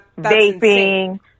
Vaping